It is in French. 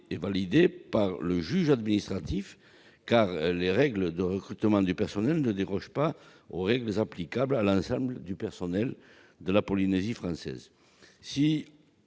été validé par le juge administratif, les règles de recrutement du personnel ne dérogeant pas aux règles applicables à l'ensemble du personnel de la collectivité.